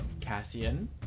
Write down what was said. Cassian